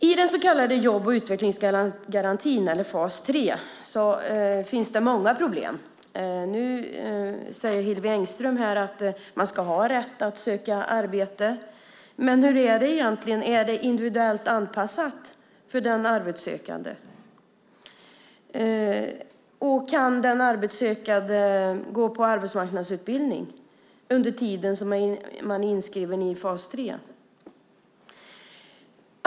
I den så kallade jobb och utvecklingsgarantin, eller fas 3, finns det många problem. Nu säger Hillevi Engström att man ska ha rätt att söka arbete. Men hur är det egentligen, är det individuellt anpassat för den arbetssökande? Kan den arbetssökande gå på arbetsmarknadsutbildning under tiden som man är inskriven i fas 3?